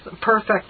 perfect